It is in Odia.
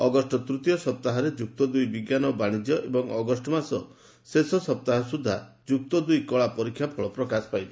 ଅଗଷ୍ ତୂତୀୟ ସପ୍ତାହରେ ଯୁକ୍ତ ଦୁଇ ବିଙ୍କାନ ଓ ବାଶିଜ୍ୟ ଏବଂ ଅଗଷ୍ଟମାସ ଶେଷ ସୁଦ୍ଧା ଯୁକ୍ତ ଦୁଇ କଳା ପରୀକ୍ଷାଫଳ ପ୍ରକାଶ ପାଇବ